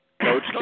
Coach